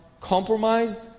compromised